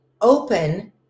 open